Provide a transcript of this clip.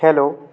hello